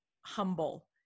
humble